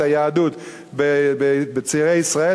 את היהדות בצעירי ישראל,